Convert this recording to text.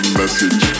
message